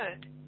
good